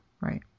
right